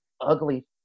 ugly